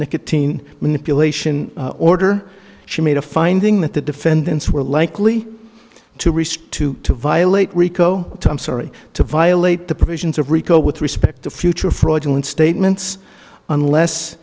nicotine manipulation order she made a finding that the defendants were likely to respond to violate rico i'm sorry to violate the provisions of rico with respect to future fraudulent statements unless